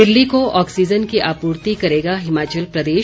दिल्ली को ऑक्सीजन की आपूर्ति करेगा हिमाचल प्रदेश